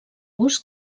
vos